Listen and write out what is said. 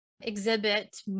exhibit